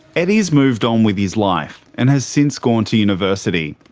eddie's moved on with his life and has since gone to university.